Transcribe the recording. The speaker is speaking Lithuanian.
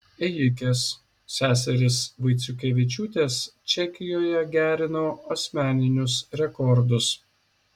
ėjikės seserys vaiciukevičiūtės čekijoje gerino asmeninius rekordus